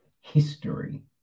history